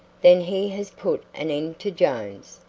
then he has put an end to jones!